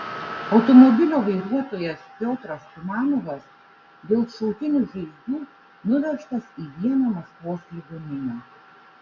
automobilio vairuotojas piotras tumanovas dėl šautinių žaizdų nuvežtas į vieną maskvos ligoninių